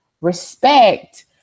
respect